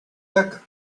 becca